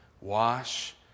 Wash